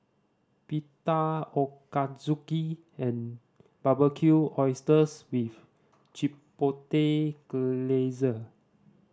Pita Ochazuke and Barbecued Oysters with Chipotle Glaze